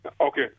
Okay